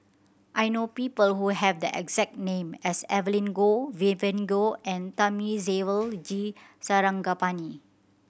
I know people who have the exact name as Evelyn Goh Vivien Goh and Thamizhavel G Sarangapani